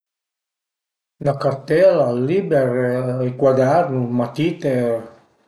La cartela, ël liber, ël cuadernu, matite